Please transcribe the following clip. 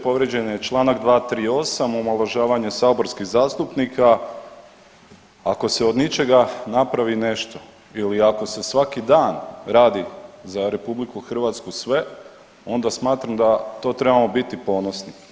Povrijeđen je Članak 238. omalovažavanje saborskih zastupnika, ako se od ničega napravi nešto ili ako se svaki dan radi za RH sve onda smatram da to trebamo biti ponosni.